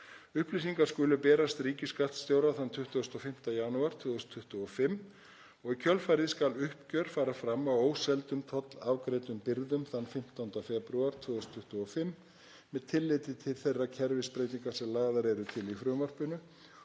Upplýsingar skulu berast ríkisskattstjóra þann 25. janúar 2025 og í kjölfarið skal uppgjör fara fram á óseldum tollafgreiddum birgðum þann 15. febrúar 2025 með tilliti til þeirra kerfisbreytinga sem lagðar eru til í frumvarpinu